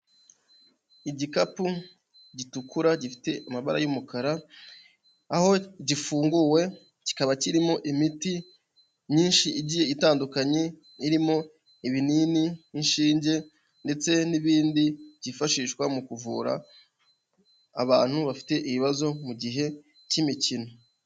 Igikapu gitukura gifite amabara y'umukara aho gifunguwe kikaba kirimo imiti myinshi igiye itandukanye, irimo ibinini inshinge ndetse n'ibindi byifashishwa mu kuvura abantu bafite ibibazo mu gihe cy'imikino.